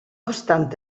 obstant